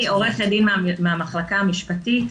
אני עורכת דין מהמחלקה המשפטית,